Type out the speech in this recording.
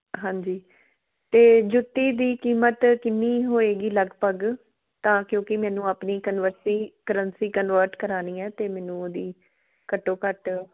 ਹਾਂਜੀ ਅਤੇ ਜੁੱਤੀ ਦੀ ਕੀਮਤ ਕਿੰਨੀ ਹੋਏਗੀ ਲਗਭਗ ਤਾਂ ਕਿਉਂਕਿ ਮੈਨੂੰ ਆਪਣੀ ਕਨਵਰਸੀ ਕਰੰਸੀ ਕਨਵਰਟ ਕਰਵਾਉਣੀ ਹੈ ਅਤੇ ਮੈਨੂੰ ਉਹਦੀ ਘੱਟੋ ਘੱਟ